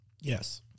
Yes